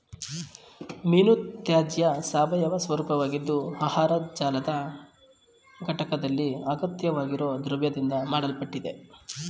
ಮೀನುತ್ಯಾಜ್ಯ ಸಾವಯವ ಸ್ವರೂಪವಾಗಿದ್ದು ಆಹಾರ ಜಾಲದ ಘಟಕ್ದಲ್ಲಿ ಅಗತ್ಯವಾಗಿರೊ ದ್ರವ್ಯದಿಂದ ಮಾಡಲ್ಪಟ್ಟಿದೆ